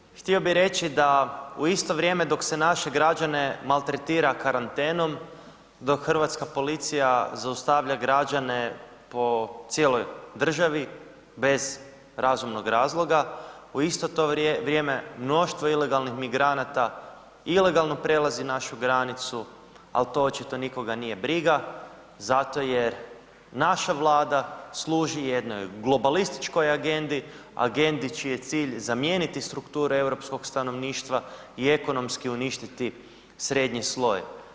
Uvaženi zastupniče Bulj, htio bi reći da u isto vrijeme dok se naše građane maltretira karantenom, dok hrvatska policija zaustavlja građane po cijeloj državi bez razumnog razloga, u isto to vrijeme mnoštvo ilegalnih migranata ilegalno prelazi našu granicu, al to očito nikoga nije briga zato jer naša Vlada služi jednoj globalističkoj agendi, agendi čiji je cilj zamijeniti strukture europskog stanovništva i ekonomski uništiti srednji sloj.